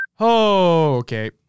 Okay